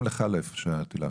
גם לך לא אפשרתי להפריע.